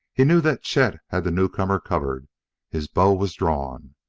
he knew that chet had the newcomer covered his bow was drawn.